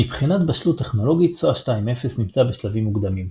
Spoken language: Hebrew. מבחינת בשלות טכנולוגית SOA 2.0 נמצא בשלבים מוקדמים.